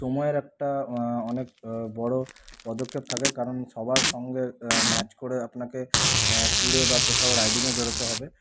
সময়ের একটা অনেক বড়ো পদক্ষেপ থাকে কারণ সবার সঙ্গে ম্যাচ করে আপনাকে ট্যুরে বা কোথাও রাইডিংয়ে বেরোতে হবে